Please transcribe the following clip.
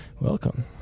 Welcome